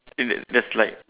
is it there's like